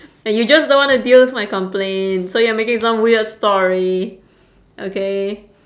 and you just don't wanna deal with my complaint so you're making some weird story okay